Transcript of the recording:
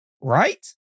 Right